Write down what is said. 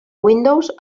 windows